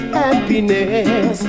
happiness